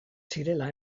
zirela